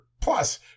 plus